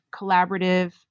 collaborative